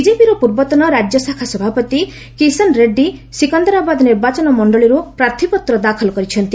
ବିକେପିର ପୂର୍ବତନ ରାଜ୍ୟଶାଖା ସଭାପତି କିଶନ୍ ରେଡ୍ଗୀ ସିକନ୍ଦରାବାଦ ନିର୍ବାଚନ ମଣ୍ଡଳୀରୁ ପ୍ରାର୍ଥୀପତ୍ର ଦାଖଲ କରିଛନ୍ତି